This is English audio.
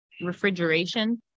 refrigeration